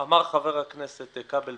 בעקבות כל הדיונים שהיו אמרנו שאפשר לעמוד.